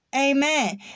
Amen